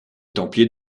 templiers